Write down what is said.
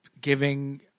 giving